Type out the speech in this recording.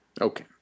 Okay